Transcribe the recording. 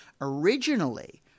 Originally